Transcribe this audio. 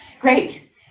great